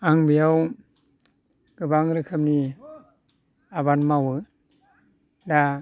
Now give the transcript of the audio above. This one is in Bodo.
आं बेयाव गोबां रोखोमनि आबाद मावो दा